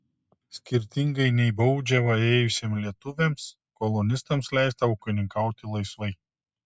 skirtingai nei baudžiavą ėjusiems lietuviams kolonistams leista ūkininkauti laisvai